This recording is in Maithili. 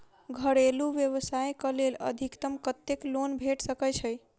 घरेलू व्यवसाय कऽ लेल अधिकतम कत्तेक लोन भेट सकय छई?